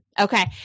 Okay